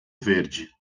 verde